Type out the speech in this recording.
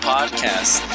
Podcast